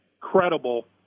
credible